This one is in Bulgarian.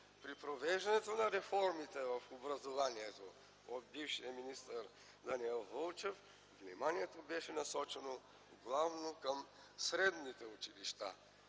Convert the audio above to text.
При провеждането на реформите в образованието от бившия министър Даниел Вълчев вниманието беше насочено главно към средните училища.